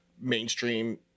mainstream